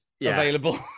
available